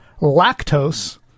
lactose